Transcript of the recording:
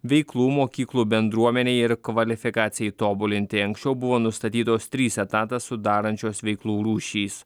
veiklų mokyklų bendruomenei ir kvalifikacijai tobulinti anksčiau buvo nustatytos trys etatą sudarančios veiklų rūšys